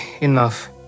enough